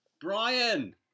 Brian